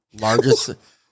Largest